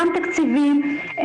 גם תקציבים,